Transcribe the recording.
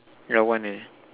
ya one eh